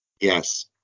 Yes